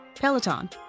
Peloton